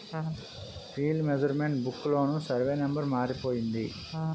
field measurement book లోన survey number మారిపోయింది